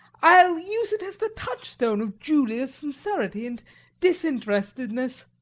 i'll use it as the touchstone of julia's sincerity and disinterestedness.